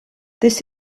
this